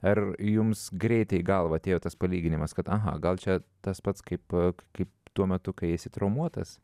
ar jums greitai į galvą atėjo tas palyginimas kad aha gal čia tas pats kaip kaip tuo metu kai esi traumuotas